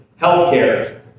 Healthcare